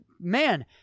man